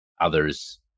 others